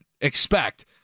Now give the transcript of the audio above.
expect